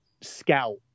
scout